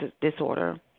disorder